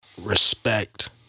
respect